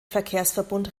verkehrsverbund